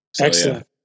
Excellent